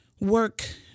work